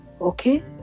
okay